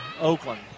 Oakland